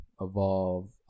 evolve